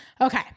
Okay